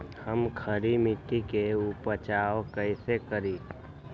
हम खड़ी मिट्टी के उपचार कईसे करी?